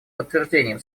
подтверждением